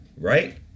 right